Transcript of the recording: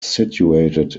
situated